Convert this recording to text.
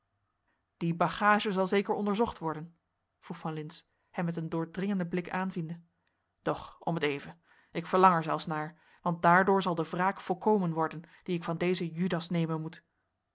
die bagage zal zeker onderzocht worden vroeg van lintz hem met een doordringenden blik aanziende doch om t even ik verlang er zelfs naar want daardoor zal de wraak volkomen worden die ik van dezen judas nemen moet